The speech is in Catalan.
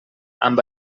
amb